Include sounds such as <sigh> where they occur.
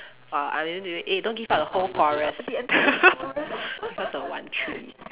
err I mean eh don't give up the whole forest <laughs> because of one tree